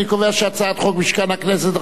אני קובע שחוק משכן הכנסת,